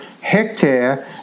hectare